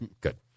good